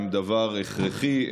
היא דבר הכרחי,